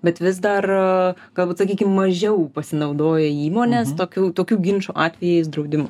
bet vis dar galbūt sakykim mažiau pasinaudoja įmonės tokių tokių ginčų atvejais draudimu